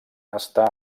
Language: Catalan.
està